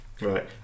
right